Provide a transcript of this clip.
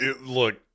look